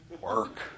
Work